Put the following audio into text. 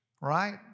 right